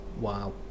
Wow